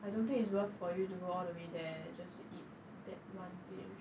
I don't think it's worth for you to go all the way there just to eat that one dish